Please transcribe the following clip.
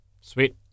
Sweet